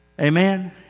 amen